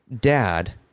dad